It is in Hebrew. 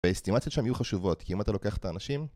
האסטימציות שם יהיו חשובות כי אם אתה לוקח את האנשים